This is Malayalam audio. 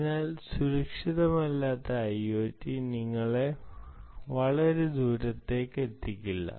അതിനാൽ സുരക്ഷയില്ലാത്ത IoT നിങ്ങളെ വളരെ ദൂരെയെത്തിക്കില്ല